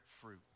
fruit